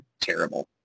terrible